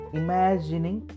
imagining